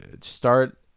start